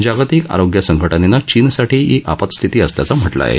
जागतिक आरोग्य संघ जेनं चीनसाठी ही आपातस्थिती असल्याचं म्हा कें आहे